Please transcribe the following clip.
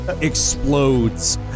explodes